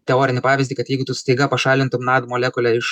teorinį pavyzdį kad jeigu tu staiga pašalintum nad molekulę iš